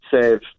save